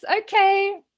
okay